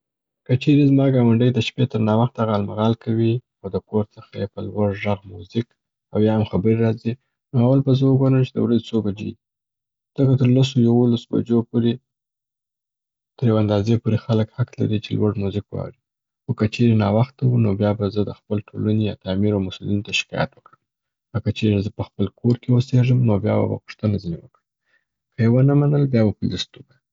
که چیري زما ګاونډی د شپې تر ناوخته غالمغال کوي او د کور څخه یې په لوړ ږغ موزیک او یا هم خبري راځي، نو اول به زه وګورم چې د ورځي څو بجې دي. ځکه تر لسو یولسو بجو پورې تر یو اندازې پوري خلګ حق لري چې لوړ مویزیک واوري، خو که چیري ناوخته و، نو بیا به زه د خپل ټولنې یا تعمیر و مسولینو ته شکایت وکړم او که چیري زه په خپل کور کي اوسیږم، نو بیا به غوښتنه ځیني وکړم، که یې ونه منل بیا به پولیسو ته ووایم.